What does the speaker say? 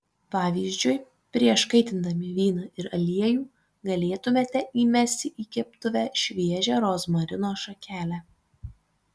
pavyzdžiui prieš kaitindami vyną ir aliejų galėtumėte įmesti į keptuvę šviežią rozmarino šakelę